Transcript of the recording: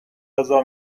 غذا